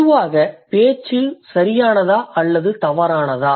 பொதுவாகப் பேச்சு சரியானதா அல்லது தவறானதா